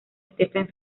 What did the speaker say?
stephen